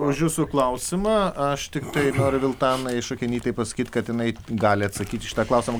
už jūsų klausimą aš tiktai noriu viltanai šakenytei pasakyti kad jinai gali atsakyt į šitą klausimą